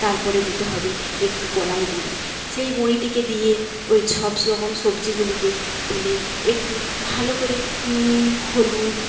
তারপরে দিতে হবে একটু কলাই গুঁড়ি সেই গুঁড়িটিকে দিয়ে ওই সবরকম সবজিগুলিকে তুলে একটু ভালো করে নুন হলুদ